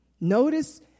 Notice